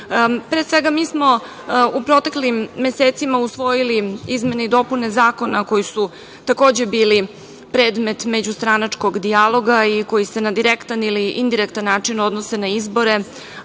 koji način. Mi smo u proteklim mesecima usvojili izmene i dopune zakona koji su takođe bili predmet međustranačkog dijaloga i koji se na direktan ili indirektan način odnose na izbore,